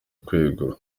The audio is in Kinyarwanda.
kwegura